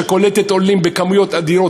שקולטת עולים בכמויות אדירות,